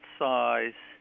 size